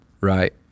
Right